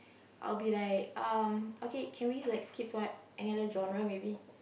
I will be like um okay can we like skip to what any other genre maybe